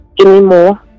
anymore